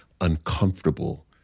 uncomfortable